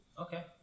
Okay